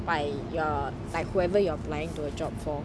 by your like whoever you are applying to for a job for